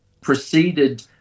proceeded